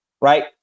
Right